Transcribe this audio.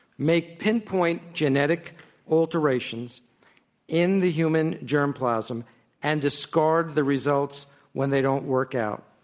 make pinpoint genetic alterations in the human germ plasm and discard the results when they don't work out.